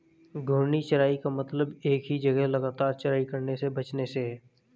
घूर्णी चराई का मतलब एक ही जगह लगातार चराई करने से बचने से है